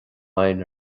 againn